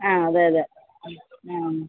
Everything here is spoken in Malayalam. ആ അതെ അതെ ആ